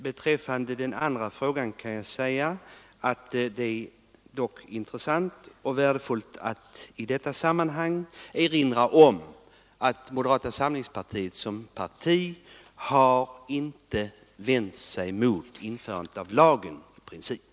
Beträffande den andra frågan är det intressant och värdefullt att i detta sammanhang erinra om att moderata samlingspartiet som parti inte har vänt sig mot införandet av lagen i princip.